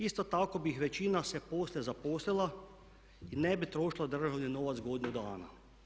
Isto tako bi većina se poslije zaposlila i ne bi trošila državni novac godinu dana.